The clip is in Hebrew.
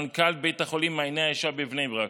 מנכ"ל בית החולים מעייני הישועה בבני ברק.